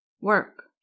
Work